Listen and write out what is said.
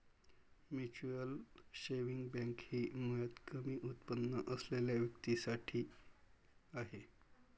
mutual saving bank ही मुळात कमी उत्पन्न असलेल्या व्यक्तीं साठी आहे